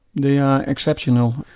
they are exceptional